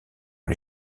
les